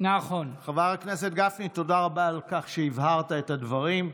חבר הכנסת גפני, תודה רבה על כך שהבהרת את הדברים.